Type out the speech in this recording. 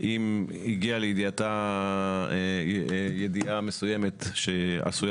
אם הגיעה לידיעתה ידיעה מסוימת שעשויה